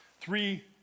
three